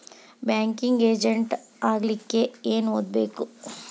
Banking agent ಆಗ್ಲಿಕ್ಕೆ ಏನ್ ಓದ್ಬೇಕು?